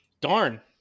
Darn